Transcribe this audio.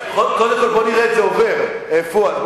קודם כול בוא נראה את זה עובר, פואד.